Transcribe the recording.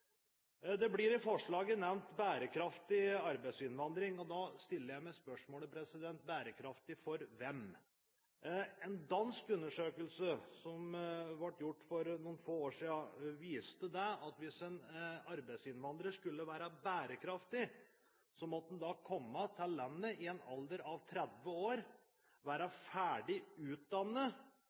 Det blir i forslaget nevnt «bærekraftig arbeidsinnvandring», og da stiller jeg meg spørsmålet: «bærekraftig» for hvem? En dansk undersøkelse, som ble gjort for noen få år siden, viste at hvis en arbeidsinnvandrer skulle være «bærekraftig», måtte vedkommende komme til landet i en alder av 30 år, være ferdig utdannet,